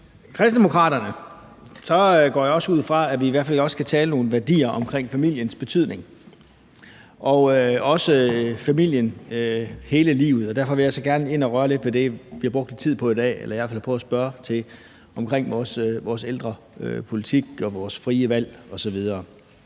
Kristendemokraterne går jeg også ud fra, at vi i hvert fald også skal tale om nogle værdier om familiens betydning, og også familien hele livet. Derfor vil jeg så gerne ind at røre lidt ved det, vi har brugt tid på i dag, og som jeg har prøvet at spørge ind til, nemlig vores ældrepolitik og vores frie valg osv.